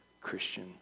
Christian